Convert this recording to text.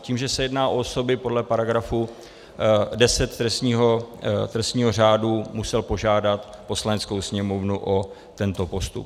Tím, že se jedná osoby podle § 10 trestního řádu, musel požádat Poslaneckou sněmovnu o tento postup.